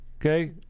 Okay